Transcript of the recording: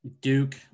Duke